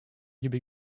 gibi